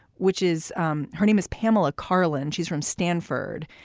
which is um her name is pamela karlan. she's from stanford.